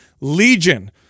Legion